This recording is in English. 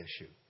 issue